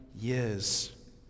years